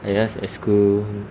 I just at school